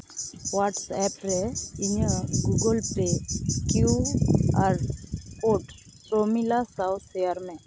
whats app ᱨᱮ ᱤᱧᱟᱹᱜ Google Pay Q R code ᱯᱨᱚᱢᱤᱞᱟ ᱥᱟᱶ ᱥᱮᱭᱟᱨ ᱢᱮ